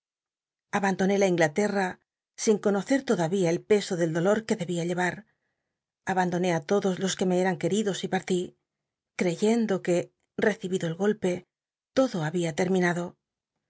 abandoné la inglaterra sin conocer todai'ía el peso del dolor que debía llel'ar abandoné á todos los que me eran queridos y parli cr cyendo que recibido el golpe todo babia terminado